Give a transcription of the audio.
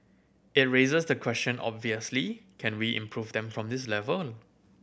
it raises the question obviously can we improve them from this level